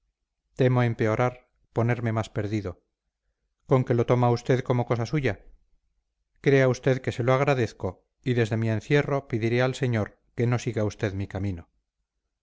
temo empeorar ponerme más perdido con que lo toma como cosa suya crea usted que se lo agradezco y desde mi encierro pediré al señor que no siga usted mi camino